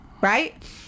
right